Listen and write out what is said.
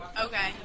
Okay